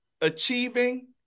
achieving